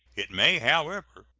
it may, however,